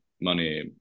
money